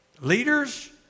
leaders